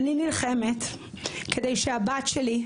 אני נלחמת כדי שהבת שלי,